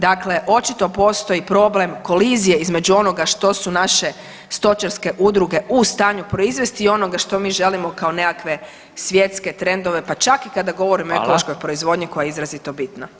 Dakle, očito postoji problem kolizije između onoga što su naše stočarske udruge u stanju proizvesti i onoga što mi želimo kao nekakve svjetske trendove, pa čak i kada govorimo o ekološkoj [[Upadica Radin: Hvala.]] proizvodnji koja je izrazito bitna.